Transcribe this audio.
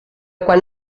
quan